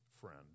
friend